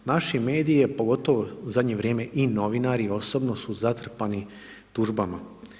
Naši medije pogotovo u zadnje vrijeme i novinari osobno su zatrpani tužbama.